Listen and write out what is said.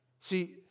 See